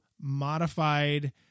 modified